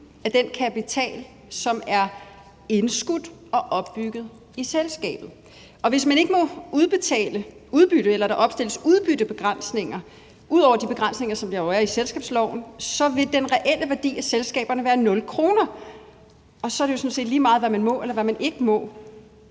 af den kapital, som er indskudt og opbygget i selskabet. Og hvis man ikke må udbetale udbytte, eller hvis der opstilles udbyttebegrænsninger ud over de begrænsninger, som der jo er i selskabsloven, så vil den reelle værdi af selskaberne være nul kroner. Så er det jo sådan set lige meget, hvad man må eller ikke må.